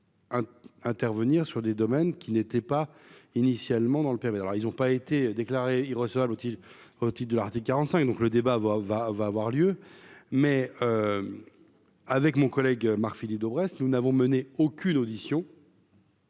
Intervenir sur des domaines qui n'étaient pas initialement dans le périmètre, alors ils ont pas été déclarés il ressort-t-il au titre de l'article 45 donc, le débat va, va, va avoir lieu, mais avec mon collègue Marc Philippe Daubresse, nous n'avons mené aucune audition.